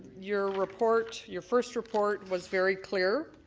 your report your first report was very clear.